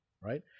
right